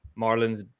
Marlins